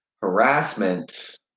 Harassment